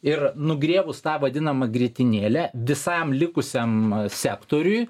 ir nugriebus tą vadinamą grietinėlę visam likusiam sektoriui